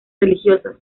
religiosas